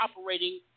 operating